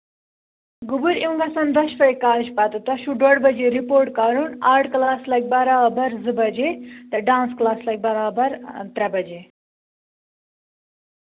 گوٚبُر یِم وَسان دۄشوَے کاج پَتہٕ تۄہہِ چھُو ڈۄڈ بَجے رِپورٹ کَرُن آرٹ کٕلاس لَگہِ برابر زٕ بَجے تہٕ ڈانٕس کٕلاس لَگہِ برابر ترٛےٚ بَجے